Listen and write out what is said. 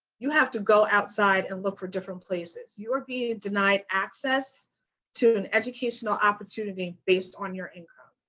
you have to go outside and look for different places. you are being denied access to an educational opportunity based on your income.